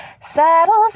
saddles